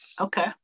Okay